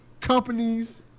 companies